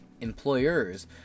employers